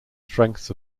strengths